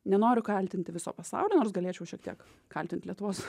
nenoriu kaltinti viso pasaulio nors galėčiau šiek tiek kaltint lietuvos